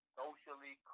socially